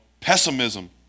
pessimism